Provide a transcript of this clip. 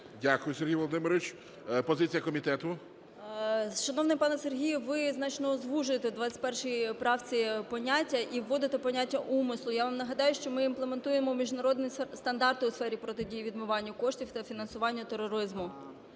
Дякую, Сергій Володимирович. Позиція комітету. 13:12:16 ВАСИЛЕВСЬКА-СМАГЛЮК О.М. Шановний пане Сергію, ви значно звужуєте у 21 правці поняття і вводите поняття умислу. Я вам нагадаю, що ми імплементуємо міжнародні стандарти у сфері протидії відмиванню коштів та фінансування тероризму.